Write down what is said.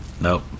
Nope